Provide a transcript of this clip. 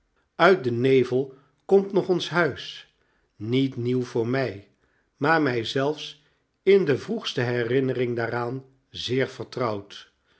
uit den nevel komt nog ons huis niet nieuw voor mij maar mij zelfs in de vroegste herinnering daaraan zeer vertrouwd